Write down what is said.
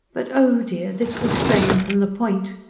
but oh dear! this was straying from the point.